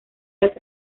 las